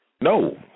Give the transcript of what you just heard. No